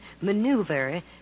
maneuver